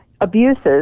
abuses